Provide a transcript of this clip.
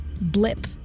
blip